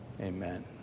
Amen